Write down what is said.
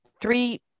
three